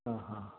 ആ ഹ